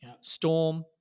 Storm